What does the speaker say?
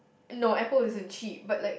no Apple isn't cheap but like